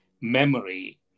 memory